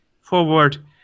forward